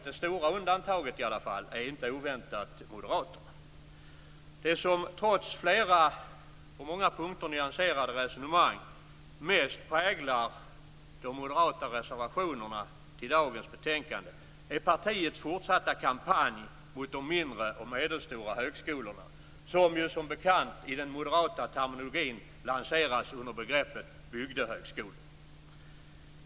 Det stora undantaget är inte oväntat Moderaterna. Det som trots på flera punkter nyanserade resonemang mest präglar de moderata reservationerna till dagens betänkande är partiets fortsatta kampanj mot de mindre och medelstora högskolorna, som ju som bekant i den moderata terminologin lanseras under begreppet "bygdehögskolor".